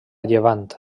llevant